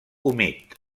humit